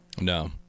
No